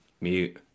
Mute